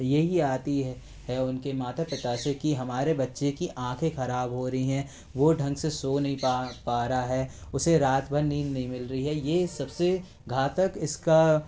यही आती है है उनके माता पिता से की हमारे बच्चे की आँखें खराब हो रही हैं वो ढंग से सो नहीं पा पा रहा है उसे रात भर नींद नही मिल रही है ये सबसे घातक इसका